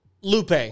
Lupe